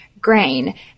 grain